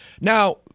Now